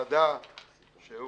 שהוא